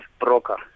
broker